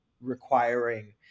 requiring